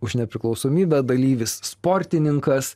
už nepriklausomybę dalyvis sportininkas